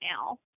now